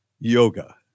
yoga